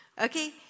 Okay